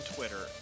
Twitter